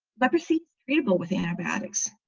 leprosy treatable with antibiotics,